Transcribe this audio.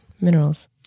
Minerals